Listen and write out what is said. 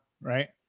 Right